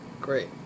Great